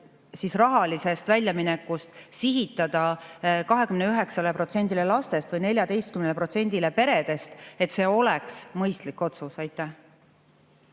mahus rahalisest väljaminekust sihitada 29%‑le lastest või 14%‑le peredest, et see oleks mõistlik otsus. Ants